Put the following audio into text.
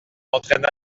entraîna